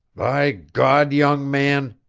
by god, young man!